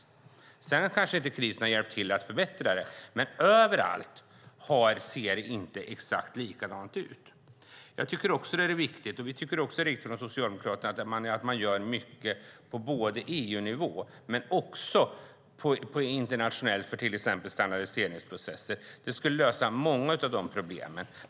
Krisen har kanske inte hjälpt till att förbättra läget, men det ser inte exakt likadant ut överallt. Vi socialdemokrater tycker också att det är viktigt att man gör mycket både på EU-nivå och på internationell nivå, till exempel standardiseringsprocessen. Det skulle lösa många problem.